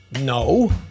No